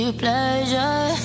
pleasure